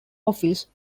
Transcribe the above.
office